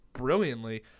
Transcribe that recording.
brilliantly